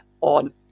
on